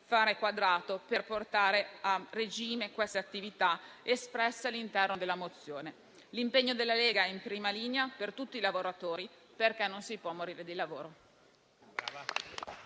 fare quadrato per portare a regime le attività espresse all'interno della mozione. L'impegno della Lega è in prima linea per tutti i lavoratori perché non si può morire di lavoro.